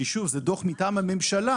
שוב, זה דוח מטעם הממשלה